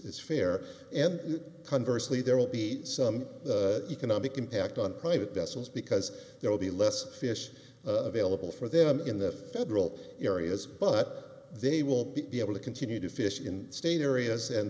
it's fair and conversely there will be some economic impact on private vessels because there will be less fish available for them in the federal areas but they won't be able to continue to fish in state areas and